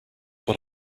what